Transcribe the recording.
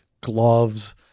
gloves